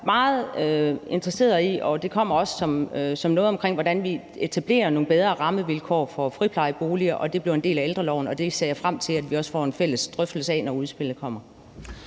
Jeg er meget interesseret i, og det kommer der også noget omkring, hvordan vi etablerer nogle bedre rammevilkår for friplejeboliger, og at det bliver en del af ældreloven. Og det ser jeg frem til at vi også får en fælles drøftelse af, når udspillet kommer.